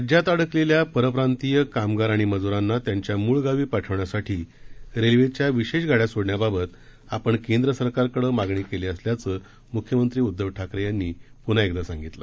राज्यात अडकलेल्या परप्रांतीय कामगार आणि मज्रांना त्यांच्या मूळ गावी पाठवण्यासाठी रेल्वेच्या विशेष गाड्या सोडण्याबाबत आपण केंद्र सरकारकडे मागणी केली असल्याचं म्ख्यमंत्री उद्धव ठाकरे यांनी प्न्हा एकदा सांगितलं